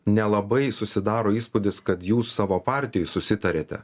nelabai susidaro įspūdis kad jūs savo partijoj susitariate